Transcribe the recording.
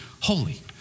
holy